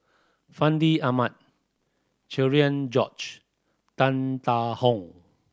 Fandi Ahmad Cherian George Tan Tarn How